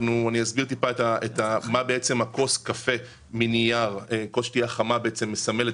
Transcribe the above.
אסביר מה כוס קפה לשתייה חמה מסמלת